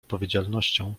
odpowiedzialnością